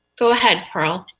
go ahead, pearl.